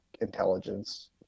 intelligence